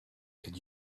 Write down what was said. could